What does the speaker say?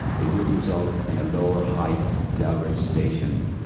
it would result in a lower height dell ridge station.